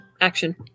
action